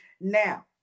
Now